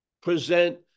present